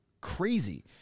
crazy